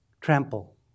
trample